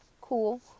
Cool